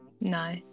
No